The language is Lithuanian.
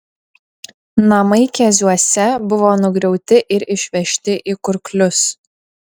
namai keziuose buvo nugriauti ir išvežti į kurklius